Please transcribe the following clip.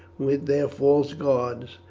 with their false gods,